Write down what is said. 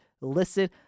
Listen